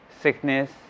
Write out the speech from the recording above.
sickness